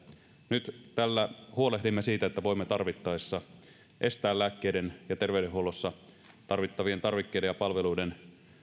nyt tällä huolehdimme siitä että voimme tarvittaessa estää lääkkeiden ja terveydenhuollossa tarvittavien tarvikkeiden ja palveluiden